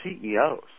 CEOs